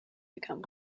become